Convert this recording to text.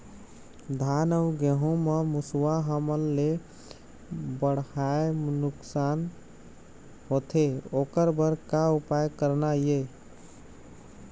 धान अउ गेहूं म मुसवा हमन ले बड़हाए नुकसान होथे ओकर बर का उपाय करना ये?